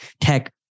tech